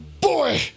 boy